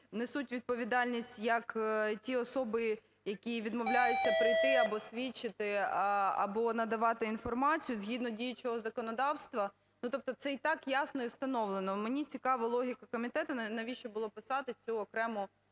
несуть відповідальність як ті особи, які відмовляються прийти або свідчити, або надавати інформацію згідно діючого законодавства. Тобто це і так ясно, і встановлено. Мені цікава логіка комітету, навіщо було писати цю окрему